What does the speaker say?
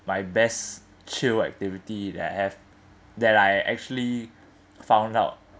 my best chill activity that I have that I actually found out